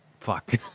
Fuck